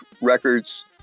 records